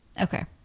Okay